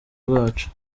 rwacu